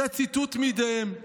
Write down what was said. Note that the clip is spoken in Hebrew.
זה ציטוט מפיהם.